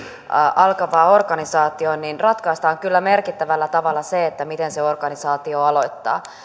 alkavaan organisaatioon ratkaistaan kyllä merkittävällä tavalla se miten se organisaatio aloittaa